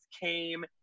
came